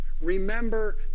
Remember